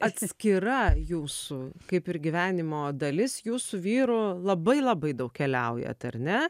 atskira jūsų kaip ir gyvenimo dalis jūs su vyru labai labai daug keliaujat ar ne